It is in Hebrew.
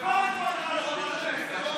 למעט ההסתייגויות של המשותפת.